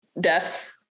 death